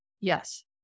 Yes